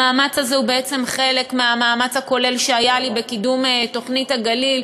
המאמץ הזה הוא חלק מהמאמץ הכולל שהיה לי בקידום תוכנית הגליל,